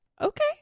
Okay